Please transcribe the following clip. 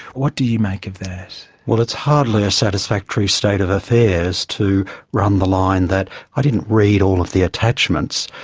what do you make of that? well, it's hardly a satisfactory state of affairs to run the line that i didn't read all of the attachments.